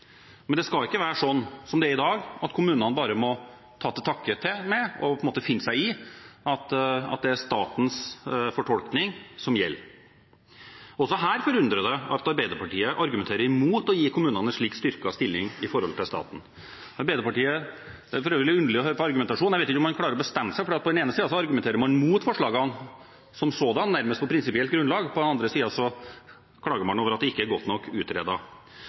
Men det skal ikke være slik som det er i dag, at kommunene bare må ta til takke med og finne seg i at det er statens fortolkning som gjelder. Også her forundrer det at Arbeiderpartiet argumenterer imot å gi kommunene en slik styrket stilling i forhold til staten. Det er for øvrig underlig å høre på argumentasjonen. Jeg vet ikke om man klarer å bestemme seg, for på den ene siden argumenterer man mot forslagene som sådanne, nærmest på prinsipielt grunnlag, og på den andre siden klager man over at det ikke er godt nok